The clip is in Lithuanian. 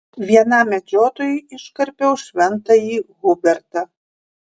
vienam medžiotojui iškarpiau šventąjį hubertą